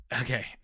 Okay